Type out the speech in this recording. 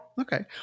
okay